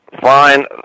fine